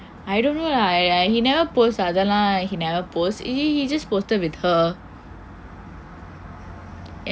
I don't know lah he never post ah அதை எல்லாம்:athai ellaam he never post he he just posted with her